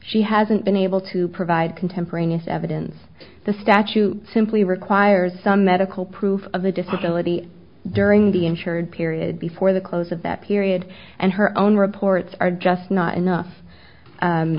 she hasn't been able to provide contemporaneous evidence the statute simply requires some medical proof of a disability during the insured period before the close of that period and her own reports are just not enough